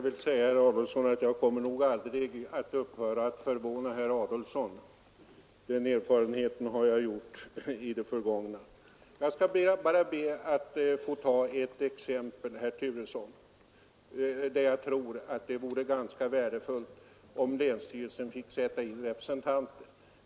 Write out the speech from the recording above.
Herr talman! Jag kommer nog aldrig att upphöra att förvåna herr Adolfsson. Den erfarenheten har jag gjort i det förgångna. Jag skall bara be att få ta ett exempel, herr Turesson, som visar att det kan vara ganska värdefullt om länsstyrelsen får sätta in representanter.